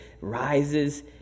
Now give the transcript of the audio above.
rises